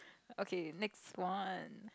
okay next one